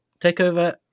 takeover